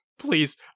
Please